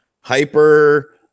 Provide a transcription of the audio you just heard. Hyper